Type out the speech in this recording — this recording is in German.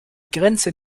grenze